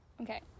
Okay